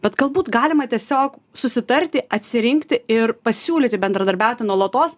bet galbūt galima tiesiog susitarti atsirinkti ir pasiūlyti bendradarbiauti nuolatos